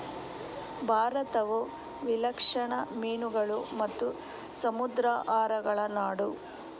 ಭಾರತವು ವಿಲಕ್ಷಣ ಮೀನುಗಳು ಮತ್ತು ಸಮುದ್ರಾಹಾರಗಳ ನಾಡು